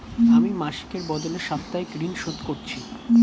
আমি মাসিকের বদলে সাপ্তাহিক ঋন শোধ করছি